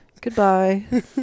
Goodbye